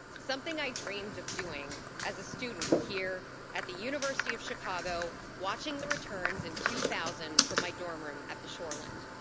something i dreamed of doing as a student here at the university of chicago watching the returns in two thousand from my dorm room at the shoreland.